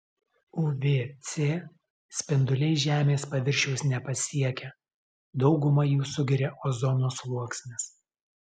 uv c spinduliai žemės paviršiaus nepasiekia daugumą jų sugeria ozono sluoksnis